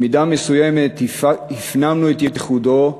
במידה מסוימת הפנמנו את ייחודו,